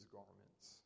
garments